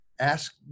Ask